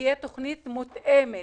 שתהיה תכנית מותאמת